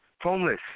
homeless